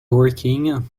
working